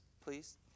please